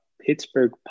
Pittsburgh